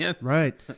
Right